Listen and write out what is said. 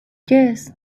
yes